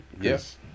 Yes